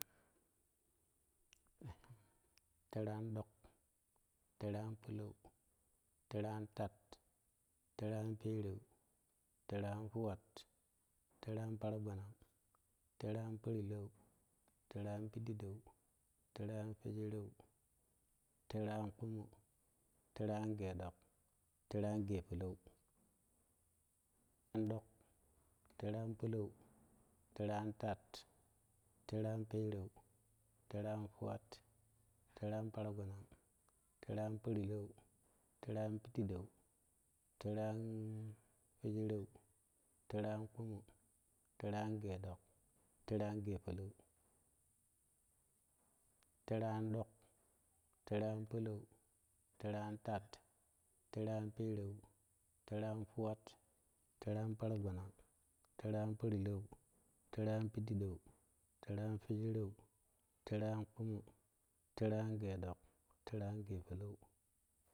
Tere an ɗok teru an polou tere an tad tere an pereii tere antuwat tere an paragbanang tere an porlour tere an piɗeɗeu tere an teruderew tere an kpuma tere an ge ɗok tere an ge polou an ɗok tere an polou teru an tel tere an pereu tere an tuwat tere an para gbanang tere an porlou tere an pidideu tere an fwedereu tere an kpumu tere an ge ɗok tere an ge polou tere an dok tere an polou tere an tat tere an pereu tere an tuwat tere an paragbanang ter an porlou tere an piɗideu tera an twedereu tere an kpumii tere an ge ɗok tere an ge polou.